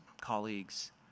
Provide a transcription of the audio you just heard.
colleagues